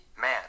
man